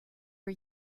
are